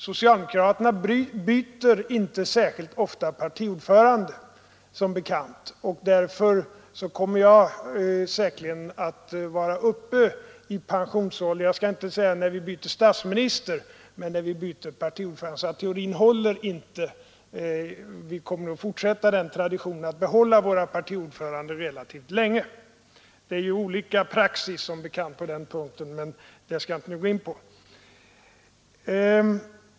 Socialdemokraterna byter inte särskilt ofta partiordförande som bekant, och därför kommer jag säkerligen att vara uppe i pensionsåldern, jag skall inte säga när vi byter statsminister men när vi byter partiordförande. Teorin håller alltså inte. Vi kommer att fortsätta traditionen att behålla våra partiordförande relativt länge. Det är som känt olika praxis på den punkten, men det skall jag inte nu gå in på.